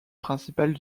principal